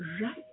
right